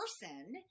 person